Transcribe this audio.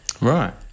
Right